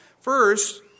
First